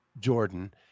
Jordan